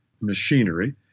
machinery